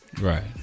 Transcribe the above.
Right